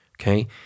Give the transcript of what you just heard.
okay